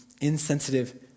insensitive